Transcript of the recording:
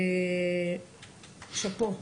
ושאפו.